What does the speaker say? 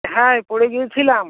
হ্যাঁ এই পড়ে গিয়েছিলাম